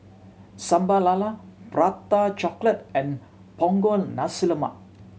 Sambal Lala Prata Chocolate and Punggol Nasi Lemak